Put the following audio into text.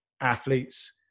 athletes